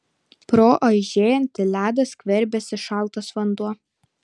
pro aižėjantį ledą skverbėsi šaltas vanduo